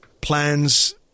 plans